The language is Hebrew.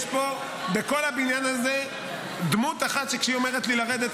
יש פה בכל הבניין הזה דמות אחת שכשהיא אומרת לי לרדת,